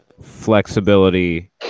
flexibility